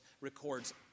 records